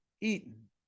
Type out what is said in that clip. eaten